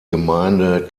gemeinde